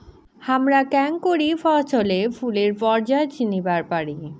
হামরা কেঙকরি ফছলে ফুলের পর্যায় চিনিবার পারি?